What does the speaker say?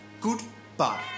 Goodbye